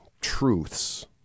truths